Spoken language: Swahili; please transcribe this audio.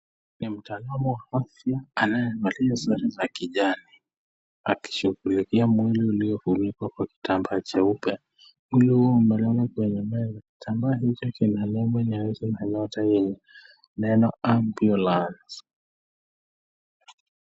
Ni mtaalamu wa afya anayevalia sare za kijani akishughulikia mwili ulio funikwa kwa kitambaa cheupe. Mwili huo umelala kwenye meza, kitamba hicho kina nembo nyeusi na neno lenye ambulance